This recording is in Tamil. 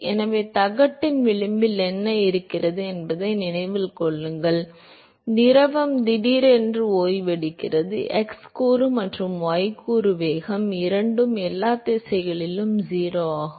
எனவே தகட்டின் விளிம்பில் என்ன நடக்கிறது என்பதை நினைவில் கொள்ளுங்கள் திரவம் திடீரென்று ஓய்வெடுக்கிறது x கூறு மற்றும் y கூறு வேகம் இரண்டும் எல்லா திசைகளிலும் 0 ஆகும்